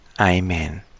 Amen